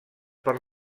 per